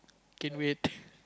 gain weight